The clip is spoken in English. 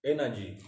Energy